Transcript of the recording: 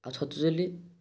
ଆଉ ଛତୁ ଚିଲ୍ଲି